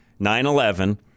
9-11